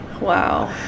Wow